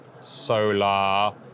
solar